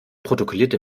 protokollierte